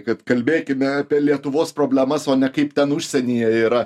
kad kalbėkime apie lietuvos problemas o ne kaip ten užsienyje yra